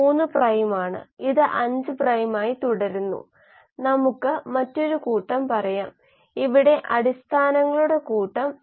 കോശ പാതകളിൽ branch point നിയന്ത്രണം നോഡൽ കാർക്കശ്യം തിരിച്ചറിയൽ ഇതര പാതകളുടെ തിരിച്ചറിയൽ നടത്താം ഫ്ലക്സോം മെറ്റബോളോം ധാരാളം ഓംസ്കളുടെ വിശകലനം നടത്താം